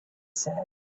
said